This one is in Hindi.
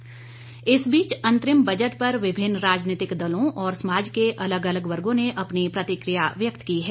बजट प्रतिकिया इस बीच अंतरिम बजट पर विभिन्न राजनीतिक दलों और समाज के अलग अलग वर्गो ने अपनी प्रतिक्रिया व्यक्त की है